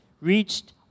reached